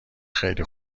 خیلی